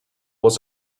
was